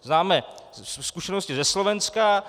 Známe zkušenosti ze Slovenska.